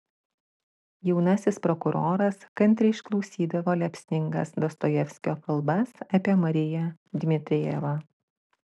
jaunasis prokuroras kantriai išklausydavo liepsningas dostojevskio kalbas apie mariją dmitrijevą